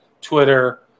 Twitter